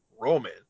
Roman